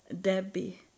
Debbie